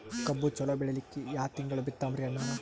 ಕಬ್ಬು ಚಲೋ ಬೆಳಿಲಿಕ್ಕಿ ಯಾ ತಿಂಗಳ ಬಿತ್ತಮ್ರೀ ಅಣ್ಣಾರ?